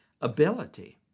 ability